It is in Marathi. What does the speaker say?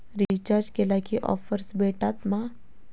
रिचार्ज केला की ऑफर्स भेटात मा?